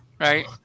right